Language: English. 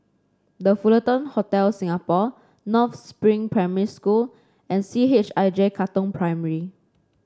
The Fullerton Hotel Singapore North Spring Primary School and C H I J Katong Primary